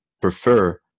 prefer